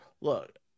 Look